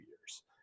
years